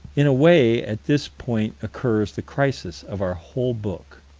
in a way, at this point occurs the crisis of our whole book.